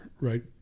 right